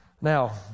now